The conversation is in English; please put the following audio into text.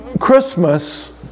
Christmas